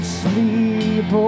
sleep